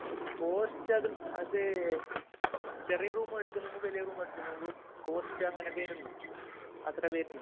ഓ കോസ്റ്റത് അത് ചെറിയ റൂമ് എടുക്കുന്നെങ്കും വലിയ റൂമ് എടുക്കുന്നെങ്കും കോസ്റ്റ് അങ്ങനെ വരുന്നു അത്ര വരുന്നു